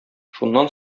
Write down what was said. шуннан